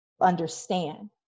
understand